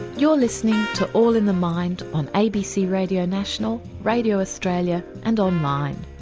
you're listening to all in the mind on abc radio national, radio australia and on line.